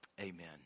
Amen